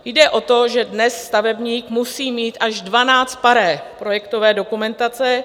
Jde o to, že dnes stavebník musí mít až 12 pare projektové dokumentace.